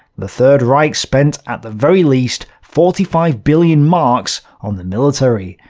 the third reich spent at the very least forty five billion marks on the military,